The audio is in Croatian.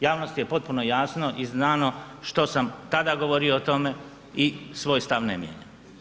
Javnosti je potpuno jasno i znano što sam tada govorio o tome i svoj stav ne mijenjam.